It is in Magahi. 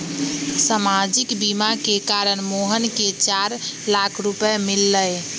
सामाजिक बीमा के कारण मोहन के चार लाख रूपए मिल लय